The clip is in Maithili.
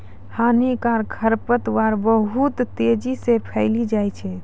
हानिकारक खरपतवार बहुत तेजी से फैली जाय छै